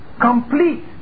complete